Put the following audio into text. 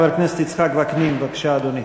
חבר הכנסת יצחק וקנין, בבקשה, אדוני.